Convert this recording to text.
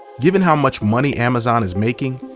given how much money amazon is making,